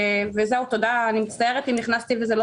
וזהו תודה אני מצטערת אם נכנסתי וזה לא